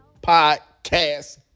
podcast